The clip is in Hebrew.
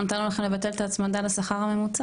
מזל שלא נתנו לכם לבטל את ההצמדה לשכר הממוצע.